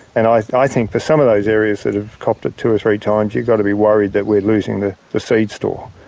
and i i think for some of those areas that have copped it two or three times, you've got to be worried that we are losing the the feed store.